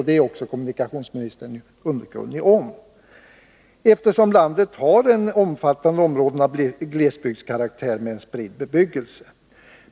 Detta är kommunikationsministern också underkunnig om, eftersom landet har omfattande områden av glesbygdskaraktär med spridd bebyggelse.